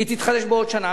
היא תתחדש בעוד שנה.